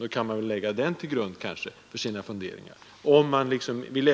Då kan man kanske lägga det som grund för funderingarna.